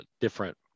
different